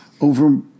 over